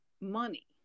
money